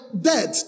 dead